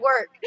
work